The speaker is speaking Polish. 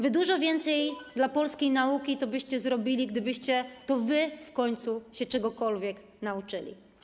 Wy dużo więcej dla polskiej nauki byście zrobili, gdybyście to wy w końcu się czegokolwiek nauczyli.